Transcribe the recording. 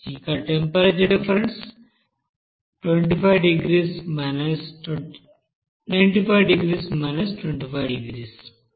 ఇక్కడ temperature difference 950 250